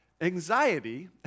anxiety